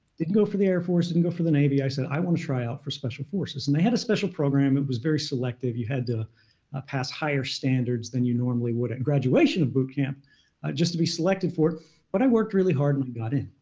didn't go for the air force, didn't go for the navy. i said, i want to try out for special forces. and they had a special program. it was very selective. you had to pass higher standards than you normally would at graduation of boot camp just to be selected for but i worked really hard and i got in.